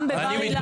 גם בבר אילן.